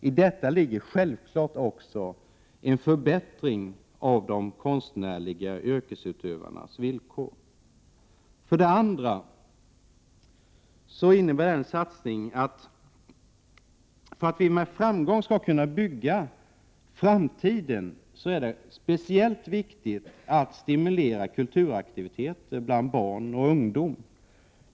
I detta ligger självfallet också en förbättring av villkoren för utövande av konstnärliga yrken. 2. För att vi med framgång skall kunna bygga framtiden är det speciellt viktigt att stimulera kulturaktiviteter bland barn och ungdom.